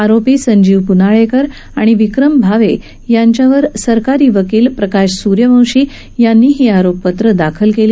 आरोपी संजीव प्नाळेकर आणि विक्रम भावे यांच्यावर सरकारी वकील प्रकाश सूर्यवंशी यांनी ही आरोपपत्रं दाखल केली